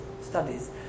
studies